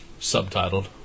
subtitled